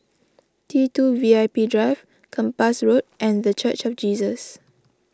T two V I P Drive Kempas Road and the Church of Jesus